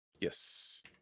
Yes